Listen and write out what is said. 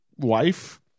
wife